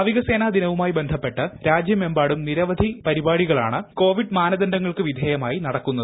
നാവിക സേനാ ദിനവുമായി ബന്ധപ്പെട്ട് രാജ്യമെമ്പാടും നിരവധി പരിപാടികളാണ് കോവിഡ് മാനദണ്ഡങ്ങൾക്ക് വിധേയമായി നടക്കുന്നത്